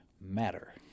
matter